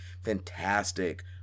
fantastic